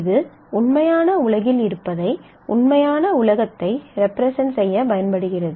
இது உண்மையான உலகில் இருப்பதை உண்மையான உலகத்தை ரெப்ரெசென்ட் செய்ய பயன்படுகிறது